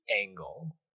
angle